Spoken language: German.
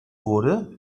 wurde